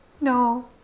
No